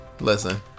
Listen